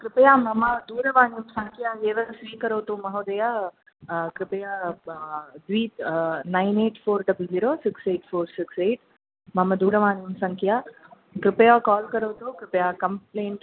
कृपया मम दूरवाणीसङ्ख्याम् एव स्वीकरोतु महोदय कृपया ब द्वि nine eight four double zero six eight four six eight मम दूरवाणीसङ्ख्या कृपया काल् करोतु कृपया कम्प्लैण्ट्